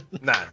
no